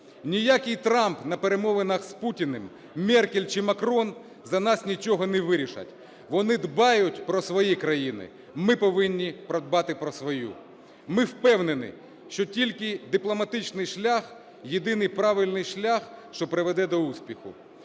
Ніякий Трамп на перемовинах з Путіним, Меркель чи Макрон за нас нічого не вирішать. Вони дбають про свої країни. Ми повинні подбати про свою. Ми впевнені, що тільки дипломатичний шлях - єдиний правильний шлях, що приведе до успіху.